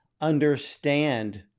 understand